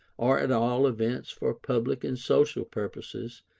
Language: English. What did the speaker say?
or at all events for public and social purposes,